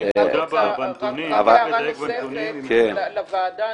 אני רק רוצה הערה נוספת לוועדה.